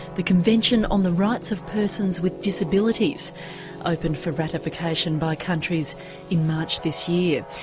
the convention on the rights of persons with disabilities opened for ratification by countries in march this year.